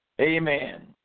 Amen